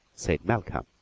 said malcolm,